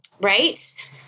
right